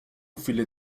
viele